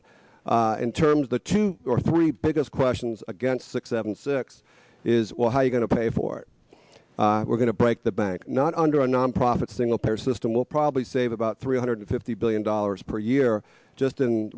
it in terms of the two or three biggest questions against six seven six is well how are you going to pay for it we're going to break the bank not under nonprofit single payer system will probably save about three hundred fifty billion dollars per year just in